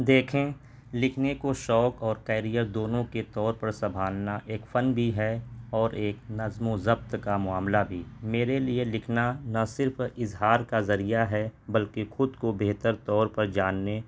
دیکھیں لکھنے کو شوق اور کیریئر دونوں کے طور پر سنبھالنا ایک فن بھی ہے اور ایک نظم و ضبط کا معاملہ بھی میرے لیے لکھنا نہ صرف اظہار کا ذریعہ ہے بلکہ خود کو بہتر طور پر جاننے